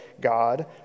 God